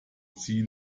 sie